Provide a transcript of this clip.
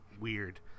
weird